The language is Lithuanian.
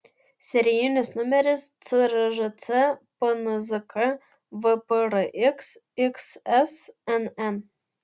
serijinis numeris cržč pnzk vprx xsnn